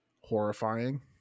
horrifying